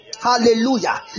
Hallelujah